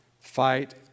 fight